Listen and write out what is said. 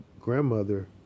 grandmother